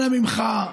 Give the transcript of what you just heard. אנא ממך,